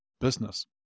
business